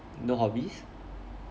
no hobbies